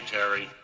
Terry